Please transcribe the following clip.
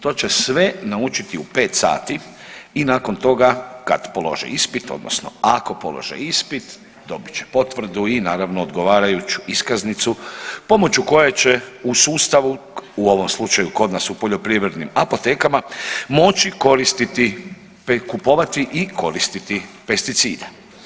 To će sve naučiti u 5 sati i nakon toga kad polože ispit odnosno ako polože ispit dobit će potvrdu i naravno odgovarajuću iskaznicu pomoću koje će u sustavu, u ovom slučaju kod nas u poljoprivrednim apotekama moći koristiti, kupovati i koristiti pesticide.